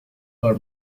for